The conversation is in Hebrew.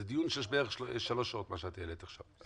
זה דיון בערך של שלוש שעות מה שאת העלית עכשיו.